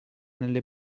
nelle